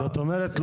זאת אומרת,